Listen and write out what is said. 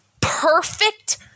perfect